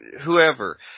whoever